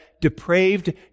depraved